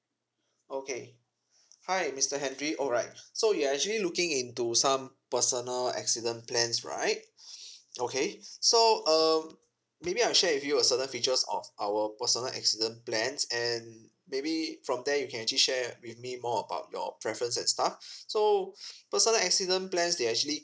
okay hi mister henry alright so you are actually looking into some personal accident plans right okay so um maybe I share with you a certain features of our personal accident plans and maybe from there you can actually share with me more about your preference and stuff so personal accident plans they are actually